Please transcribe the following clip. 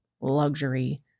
luxury